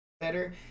better